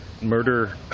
murder